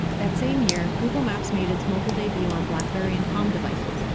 that same year, google maps made its mobile debut on blackberry and palm devices,